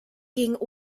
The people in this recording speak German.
ging